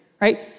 right